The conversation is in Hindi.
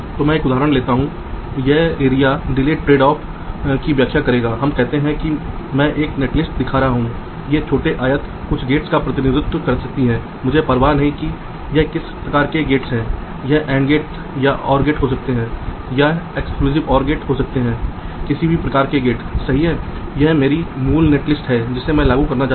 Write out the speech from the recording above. तो आप देखते हैं कि जब हम VDD और ग्राउंड रूटिंग के बारे में बात करते हैं तो रूटएबिलिटी जैसे कुछ अन्य मुद्दे हैं संभव है कि राउटिंग को उसी लेयर पर पूरा करने की कोशिश की जाए और फिर तारों के विभिन्न सेगमेंट्स को आकार दिया जाए